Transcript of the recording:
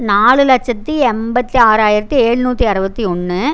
நாலு லட்சத்தி எண்பத்தி ஆறாயிரத்து ஏழ்நூற்றி அறுவத்தி ஒன்று